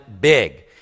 big